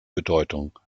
bedeutung